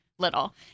Little